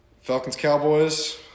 Falcons-Cowboys